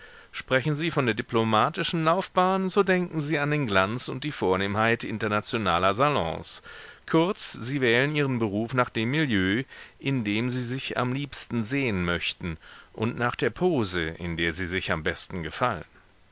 sprechen sie von der diplomatischen laufbahn so denken sie an den glanz und die vornehmheit internationaler salons kurz sie wählen ihren beruf nach dem milieu in dem sie sich am liebsten sehen möchten und nach der pose in der sie sich am besten gefallen